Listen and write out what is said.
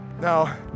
Now